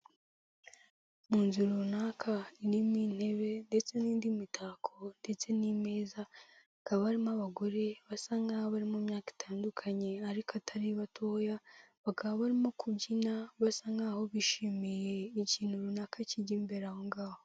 Mu nzura runaka, irimo intebe, ndetse n'indi mitako, ndetse n'imeza, hakaba harimo abagore basa nk'aho bari mu myaka itandukanye, ariko atari batoya, bakaba barimo kubyina, basa nk'aho bishimiye ikintu runaka kijya imbere aho ngaho.